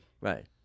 Right